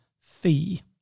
fee